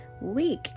week